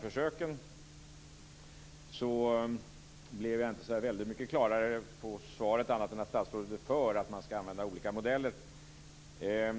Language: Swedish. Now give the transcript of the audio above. försöken. Jag blev inte så där väldigt mycket klarare på svaret, annat än att statsrådet är för att man skall använda olika modeller.